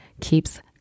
keeps